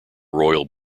royal